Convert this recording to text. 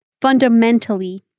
fundamentally